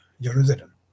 Jerusalem